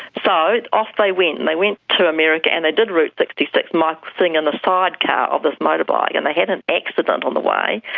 so off they went, and they went to america and they did route sixty six, michael sitting in the sidecar of this motorbike. and they had an accident on the way,